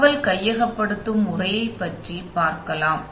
தகவல் கையகப்படுத்தும் முறையைப் பற்றி பார்க்கலாம்